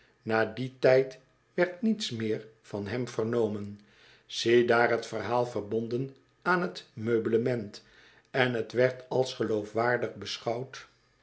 na dien tijd werd niets van hem vernomen ziedaar het verhaal verbonden aan t meublement en t werd als geloofwaardig beschouwd